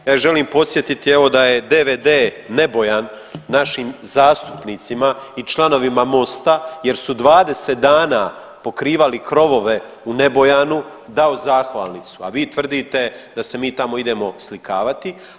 Ja je želim podsjetiti evo da je DVD Nebojan našim zastupnicima i članovima MOST-a jer su 20 dana pokrivali krovove u Nebojanu dao zahvalnicu, a vi tvrdite da se mi tamo idemo slikavati.